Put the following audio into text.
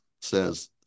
says